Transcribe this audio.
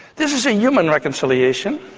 this is a human reconciliation.